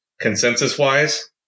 consensus-wise